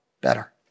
better